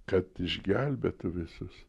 kad išgelbėtų visus